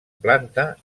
planta